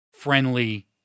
friendly